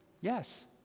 yes